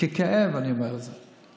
בכאב אני אומר את זה.